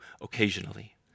occasionally